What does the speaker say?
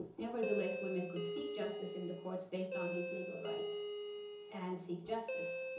nevertheless women could seek justice in the courts based on these legal rights and seek justice.